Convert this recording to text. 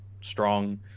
strong